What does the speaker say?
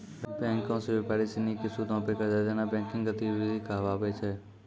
बैंको से व्यापारी सिनी के सूदो पे कर्जा देनाय बैंकिंग गतिविधि कहाबै छै